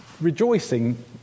rejoicing